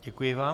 Děkuji vám.